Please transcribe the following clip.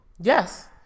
Yes